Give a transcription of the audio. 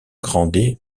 grandet